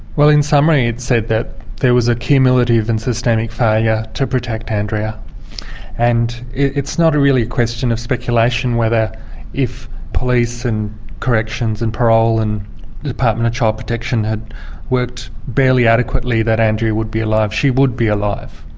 well in summary it said that there was a cumulative and systemic failure to protect andrea and it's not really a question of speculation whether if police and corrections and parole and department of child protection had worked barely adequately that andrea would be alive. she would be alive.